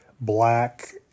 black